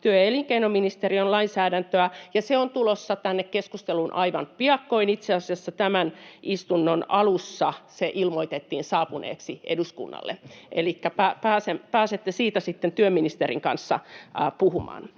työ- ja elinkeinoministeriön lainsäädäntöä, ja se on tulossa tänne keskusteluun aivan piakkoin. Itse asiassa tämän istunnon alussa se ilmoitettiin saapuneeksi eduskunnalle. [Arto Satonen: Oikein hyvä,